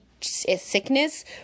sickness